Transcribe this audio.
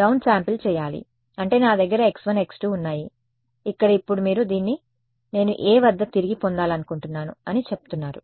down sample చెయ్యాలి అంటే నా దగ్గర x 1 x2 ఉన్నాయి ఇక్కడ ఇప్పుడు మీరు దీన్ని నేను a వద్ద తిరిగి పొందాలనుకుంటున్నాను అని చెప్తున్నారు